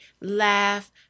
laugh